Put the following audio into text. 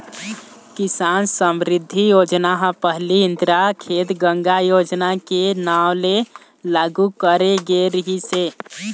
किसान समरिद्धि योजना ह पहिली इंदिरा खेत गंगा योजना के नांव ले लागू करे गे रिहिस हे